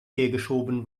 hergeschoben